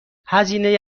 هزینه